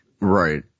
right